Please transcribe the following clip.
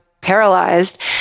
paralyzed